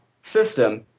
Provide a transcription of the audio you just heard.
system